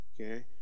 okay